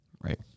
Right